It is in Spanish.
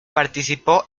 participó